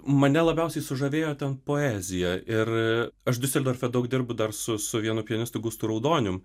mane labiausiai sužavėjo ten poezija ir aš diuseldorfe daug dirbu dar su su vienu pianistu gustu raudonium